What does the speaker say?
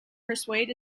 persuade